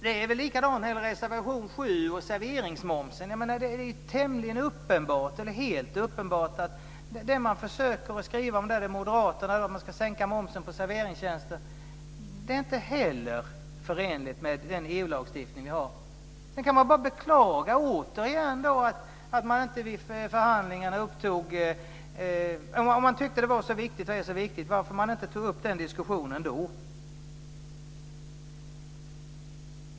Det är likadant när det gäller reservation 7 och serveringsmomsen. Det är helt uppenbart att moderaternas krav på sänkning av moms på serveringstjänster inte heller är förenligt med den EU lagstiftning som finns. Det är återigen bara att beklaga att den diskussionen inte togs upp vid förhandlingarna.